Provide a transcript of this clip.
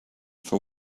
for